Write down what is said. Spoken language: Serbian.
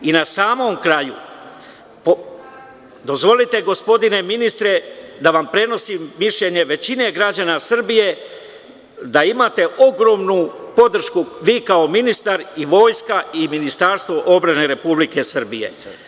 Na samom kraju, dozvolite, gospodine ministre, da vam prenosim mišljenje većine građana Srbije da imate ogromnu podršku vi kao ministar, vojska i Ministarstvo odbrane Republike Srbije.